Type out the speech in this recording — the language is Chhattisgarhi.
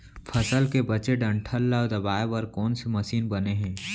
फसल के बचे डंठल ल दबाये बर कोन से मशीन बने हे?